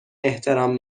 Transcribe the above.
احترام